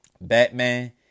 Batman